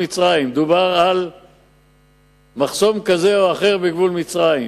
דובר על מחסום כזה או אחר בגבול מצרים.